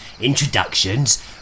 Introductions